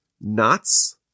knots